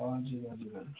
हजुर हजुर